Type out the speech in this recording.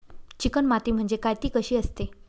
Chicken माती म्हणजे काय? ति कशी असते?